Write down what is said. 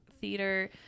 theater